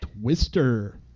twister